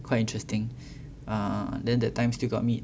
quite interesting ah then that time still got meet